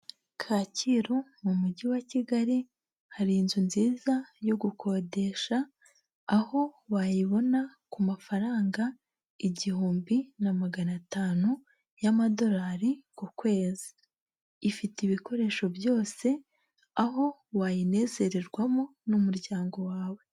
Kacyiru mu mujyi wa Kigali, hari inzu nziza yo gukodesha, aho wayibona ku mafaranga igihumbi na magana atanu y'amadolari ku kwezi, ifite ibikoresho byose aho wayinyinezererwamo n'umuryango wawe.